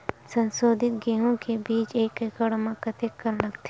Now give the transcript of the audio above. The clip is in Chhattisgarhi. संसोधित गेहूं बीज एक एकड़ म कतेकन लगथे?